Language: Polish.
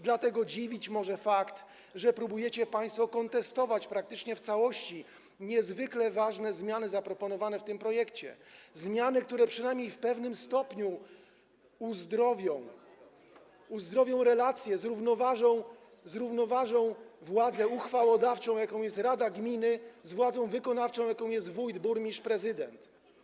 Dlatego dziwić może fakt, że próbujecie państwo kontestować praktycznie w całości niezwykle ważne zmiany zaproponowane w tym projekcie, zmiany, które przynajmniej w pewnym stopniu uzdrowią relacje, zrównoważą władzę uchwałodawczą, jaką jest rada gminy, z władzą wykonawczą, jaką jest wójt, burmistrz czy prezydent.